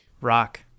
Rock